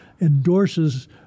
endorses